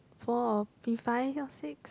four or P-five or six